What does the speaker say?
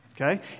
Okay